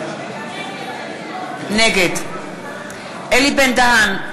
נגד אלי בן-דהן,